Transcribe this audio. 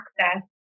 access